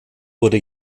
wurde